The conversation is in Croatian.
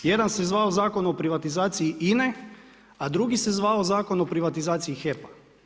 Jedan se zvao Zakon o privatizaciji INA-e, a drugi se zvao Zakon o privatizaciji HEP-a.